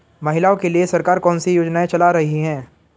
महिलाओं के लिए सरकार कौन सी योजनाएं चला रही है?